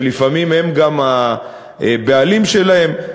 שלפעמים הם גם הבעלים שלהם.